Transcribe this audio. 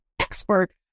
expert